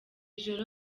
joro